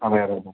അതെ അതെ